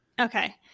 Okay